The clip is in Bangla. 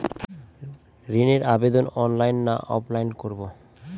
ঋণের আবেদন অনলাইন না অফলাইনে করব?